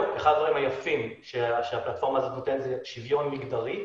אחד הדברים היפים שהפלטפורמה נותנת זה שוויון מגדרי.